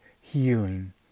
healing